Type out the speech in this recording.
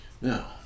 Now